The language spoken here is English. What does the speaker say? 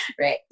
right